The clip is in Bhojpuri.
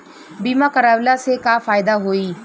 बीमा करवला से का फायदा होयी?